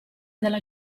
della